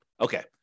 Okay